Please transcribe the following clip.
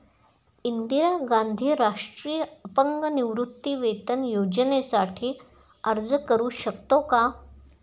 इंदिरा गांधी राष्ट्रीय अपंग निवृत्तीवेतन योजनेसाठी अर्ज करू शकतो का?